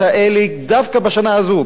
דווקא בשנה הזאת,